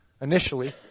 initially